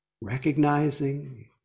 recognizing